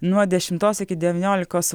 nuo dešimtos iki devyniolikos